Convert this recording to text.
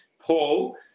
paul